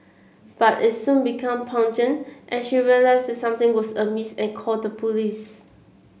but it soon became pungent and she realised that something was amiss and called the police